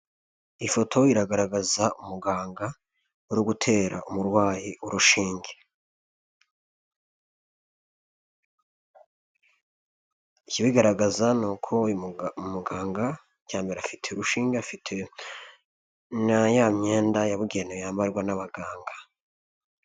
Ifoto iragaragaza umugangayi uri gutera umurwayi urushinge. Ikibigaragaza ni uko uyu muganga icya mbere afite urushinge, afite na ya myenda yabugenewe yambarwa n'abaganga.